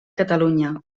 catalunya